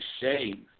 shame